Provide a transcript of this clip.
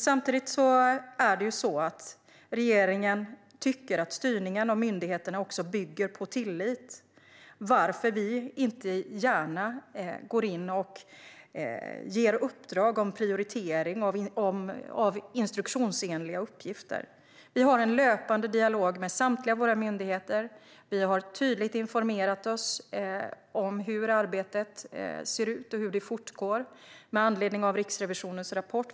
Samtidigt tycker regeringen att styrningen av myndigheterna också bygger på tillit, varför vi inte gärna går in och ger uppdrag om prioritering av instruktionsenliga uppgifter. Vi har en löpande dialog med samtliga våra myndigheter. Vi har tydligt informerat oss om hur arbetet ser ut och hur det fortgår, med anledning av Riksrevisionens rapport.